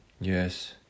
Yes